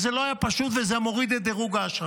זה לא היה פשוט, וזה מוריד את דירוג האשראי.